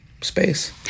space